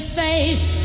face